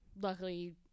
luckily